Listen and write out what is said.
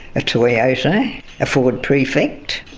a toyota, a ford prefect,